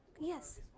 Yes